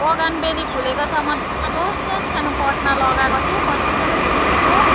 bougainvillea फुलेको छ मजाको सानसानो पटमा लगाएको छु मजाले फुलेको छ